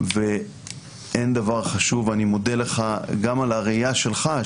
אני מודה לך גם על הראייה שלך,